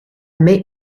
make